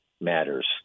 matters